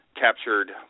captured